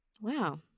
Wow